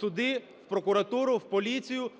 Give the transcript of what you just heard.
суди, в прокуратуру, в поліцію.